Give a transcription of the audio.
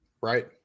right